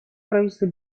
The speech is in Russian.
правительство